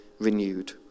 renewed